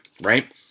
right